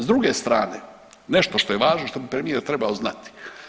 S druge strane, nešto što je važno što bi premijer trebao znati.